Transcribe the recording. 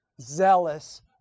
zealous